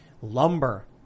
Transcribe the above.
Lumber